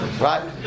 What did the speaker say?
Right